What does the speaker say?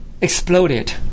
exploded